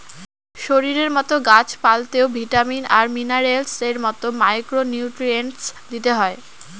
শরীরের মতো গাছ পালতেও ভিটামিন আর মিনারেলস এর মতো মাইক্র নিউট্রিয়েন্টস দিতে হয়